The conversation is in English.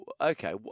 Okay